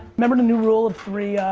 remember the new rule of three